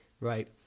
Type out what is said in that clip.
right